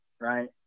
right